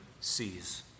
sees